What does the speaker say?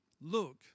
look